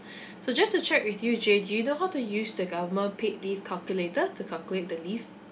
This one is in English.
so just to check with you jay do you know how to use the government paid leave calculator to calculate the leave